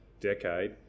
decade